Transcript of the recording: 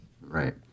Right